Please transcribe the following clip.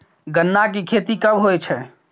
गन्ना की खेती कब होय छै?